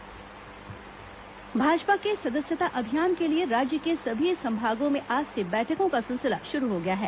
भाजपा सदस्यता अभियान भाजपा के सदस्यता अभियान के लिए राज्य के सभी संभागों में आज से बैठकों का सिलसिला शुरू हो गया है